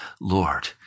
Lord